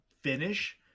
finish